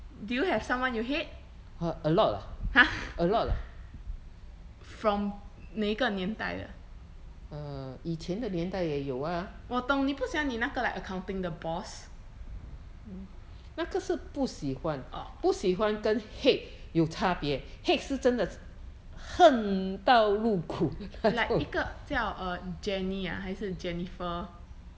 do you have someone you hate !huh! from 哪一个年代的我懂你不喜欢你那个 like accounting 的 boss orh like 一个叫 err jenny ah 还是 jennifer